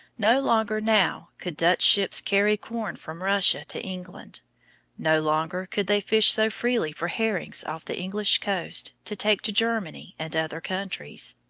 no longer now could dutch ships carry corn from russia to england no longer could they fish so freely for herrings off the english coast to take to germany and other countries.